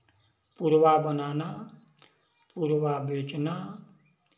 पुरवा बनाना पुरवा बेचना